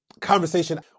Conversation